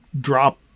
drop